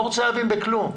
לא רוצה להבין בכלום.